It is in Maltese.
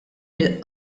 mill